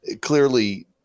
clearly